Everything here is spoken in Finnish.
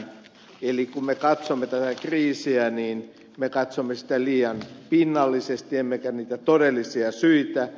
eli kun me katsomme tätä kriisiä niin me katsomme sitä liian pinnallisesti emmekä niitä todellisia syitä